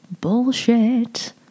bullshit